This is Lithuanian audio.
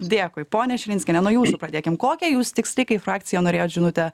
dėkui ponia širinskiene nuo jūsų pradėkim kokią jūs tiksliai kaip frakcija norėjot žinutę